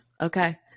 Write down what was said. Okay